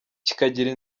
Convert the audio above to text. kikagira